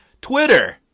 Twitter